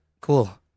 cool